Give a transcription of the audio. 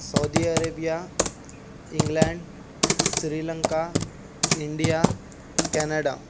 سعودی عربیہ England Sri Lanka India Canada